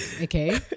okay